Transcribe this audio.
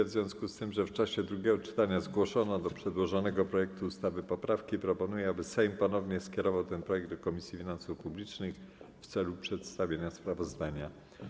W związku z tym, że w czasie drugiego czytania zgłoszono do przedłożonego projektu ustawy poprawki, proponuję, aby Sejm ponownie skierował ten projekt do Komisji Finansów Publicznych w celu przedstawienia sprawozdania.